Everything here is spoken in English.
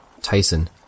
Tyson